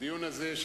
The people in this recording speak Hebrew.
הדיון הזה,